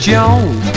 Jones